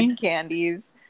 candies